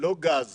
ולא גז